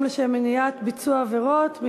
לשם מניעת ביצוע עבירות (תיקון מס' 2)?